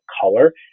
color